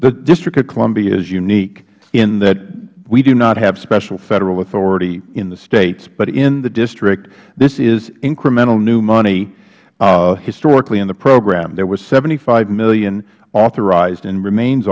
the district of columbia is unique in that we do not have special federal authority in the states but in the district this is incremental new money historically in the program there was seventy five dollars million authorized and remains